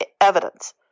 evidence